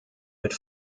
mit